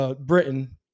Britain